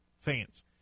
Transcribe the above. fans